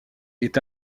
est